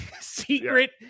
secret